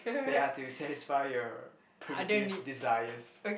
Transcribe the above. they are to satisfy your primitive desires